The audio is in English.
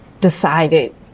decided